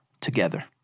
together